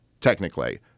technically